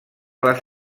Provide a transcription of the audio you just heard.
les